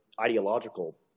ideological